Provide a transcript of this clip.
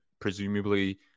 presumably